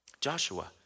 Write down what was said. Joshua